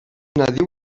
nadiu